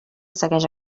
segueix